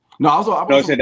No